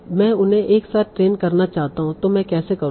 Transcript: मैं उन्हें एक साथ ट्रेन करना चाहता हूं तों मैं कैसे करूंगा